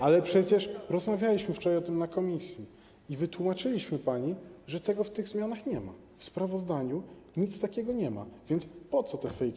Ale przecież rozmawialiśmy wczoraj o tym w komisji i wytłumaczyliśmy pani, że tego w tych zmianach nie ma, w sprawozdaniu nic takiego nie ma, a więc po co te fake newsy?